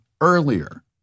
earlier